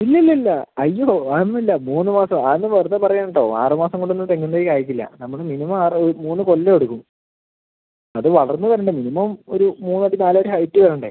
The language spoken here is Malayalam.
ഇല്ല ഇല്ല ഇല്ല അയ്യോ അത് ഒന്നും ഇല്ല മൂന്ന് മാസം അത് എല്ലാം വെറുതെ പറയണതാണ് കേട്ടോ ആറ് മാസം കൊണ്ട് ഒന്നും തെങ്ങും തൈ കായ്ക്കില്ല നമുക്ക് മിനിമം ആറ് മൂന്ന് കൊല്ലം എടുക്കും അത് വളർന്ന് വരണ്ടേ മിനിമം ഒരു മൂന്ന് അടി നാല് അടി ഹൈറ്റ് വരണ്ടേ